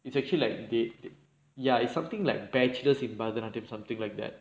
it's actually like date ya it's something like bachelors in பரதனாட்டியம்:bharathanaatiyam something like that